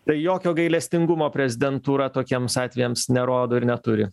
tai jokio gailestingumo prezidentūra tokiems atvejams nerodo ir neturi